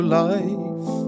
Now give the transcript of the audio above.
life